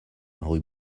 rue